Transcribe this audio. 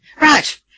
right